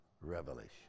revelation